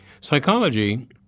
Psychology